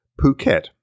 Phuket